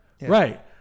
Right